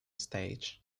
stage